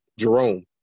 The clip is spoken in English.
Jerome